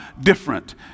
different